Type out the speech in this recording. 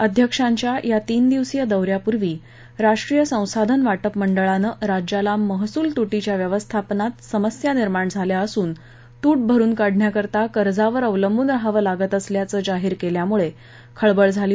अध्यक्षांच्या या तीन दिवसीय दौर्यापूर्वी राष्ट्रीय संसाधन वाटप मंडळानं राज्याला महसूल तुटीच्या व्यवस्थापनात समस्या निर्माण झाल्या असून तूट भरुन काढण्याकरता कर्जावर अवलंबून राहावं लागत असल्याचं जाहीर केल्यामुळे खळबळ झाली